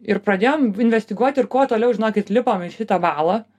ir pradėjom investiguot ir kuo toliau žinokit lipom į šitą balą